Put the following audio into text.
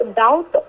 doubt